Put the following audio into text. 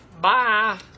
Bye